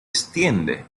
extiende